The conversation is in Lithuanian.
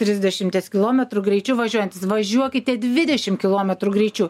trisdešimties kilometrų greičiu važiuojantis važiuokite dvidešim kilometrų greičiu